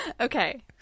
okay